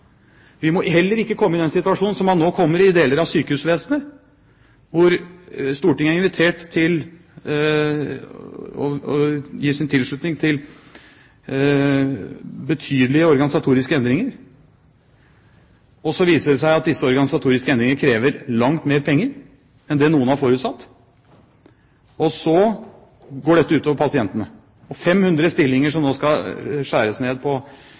Vi må heller ikke komme i den situasjonen som man nå kommer i i deler av sykehusvesenet, hvor Stortinget er invitert til å gi sin tilslutning til betydelige organisatoriske endringer, og så viser det seg at disse organisatoriske endringer krever langt mer penger enn det noen har forutsatt, og så går dette ut over pasientene. 500 stillinger skal det nå skjæres ned på